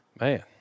man